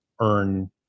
earn